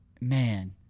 Man